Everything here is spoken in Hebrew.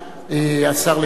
השר לשעבר מופז.